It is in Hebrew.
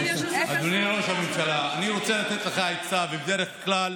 אדוני ראש הממשלה, אני רוצה לתת לך עצה, בדרך כלל